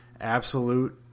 absolute